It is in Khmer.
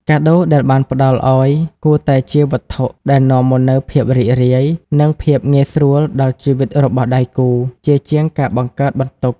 កាដូដែលបានផ្ដល់ឱ្យគួរតែជាវត្ថុដែលនាំមកនូវភាពរីករាយ និងភាពងាយស្រួលដល់ជីវិតរបស់ដៃគូ ជាជាងការបង្កើតបន្ទុក។